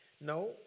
No